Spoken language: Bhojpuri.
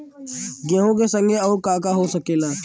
गेहूँ के संगे अउर का का हो सकेला?